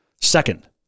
Second